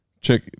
Check